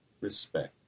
respect